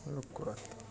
লক্ষ্য রাখতে হবে